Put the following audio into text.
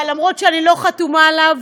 אבל גם אם אני לא חתומה עליו,